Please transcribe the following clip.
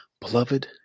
Beloved